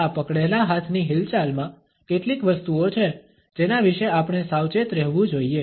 આ પકડેલા હાથની હિલચાલમાં કેટલીક વસ્તુઓ છે જેના વિશે આપણે સાવચેત રહેવું જોઈએ